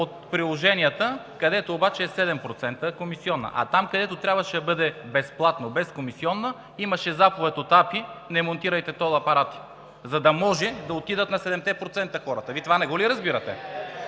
от приложенията, където обаче комисиона е 7%, а там, където трябваше да бъде безплатно, без комисиона, имаше заповед от АПИ „не монтирайте тол апарати“, за да може хората да отидат на 7%. Това не го ли разбирате?